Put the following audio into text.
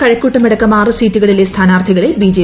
കഴക്കൂട്ടമടക്കം ആറ് സീറ്റുകളിലെ സ്ഥാനാർത്ഥികളെ ബിട്ട്രെ